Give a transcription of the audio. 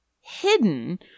hidden